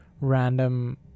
random